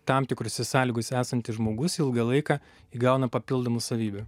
tam tikrose sąlygose esantis žmogus ilgą laiką įgauna papildomų savybių